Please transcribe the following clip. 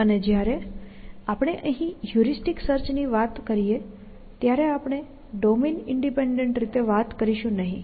અને જ્યારે આપણે અહીં હ્યુરિસ્ટિક સર્ચની વાત કરીએ છીએ ત્યારે આપણે ડોમેન ઈંડિપેંડેન્ટ રીતે વાત કરીશું નહીં